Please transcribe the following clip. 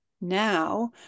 now